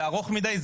זה ארוך מידי,